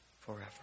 forever